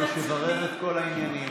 קמה כדי שתברר את כל העניינים האלה.